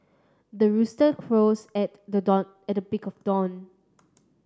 the rooster crows at the dawn at the break of dawn